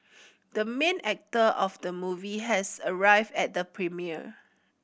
the main actor of the movie has arrived at the premiere